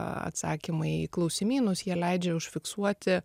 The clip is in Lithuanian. atsakymai į klausimynus jie leidžia užfiksuoti